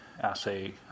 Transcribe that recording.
assay